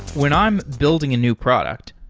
when i'm building a new product,